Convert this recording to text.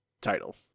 title